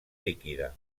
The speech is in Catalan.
líquida